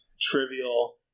trivial